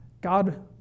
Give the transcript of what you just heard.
God